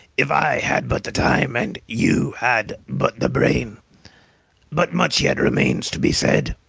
if i had but the time and you had but the brain but much yet remains to be said.